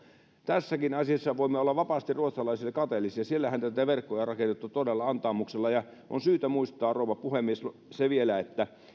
tässäkin asiassa voimme olla vapaasti ruotsalaisille kateellisia siellähän näitä verkkoja on rakennettu todella antaumuksella on syytä muistaa rouva puhemies se vielä että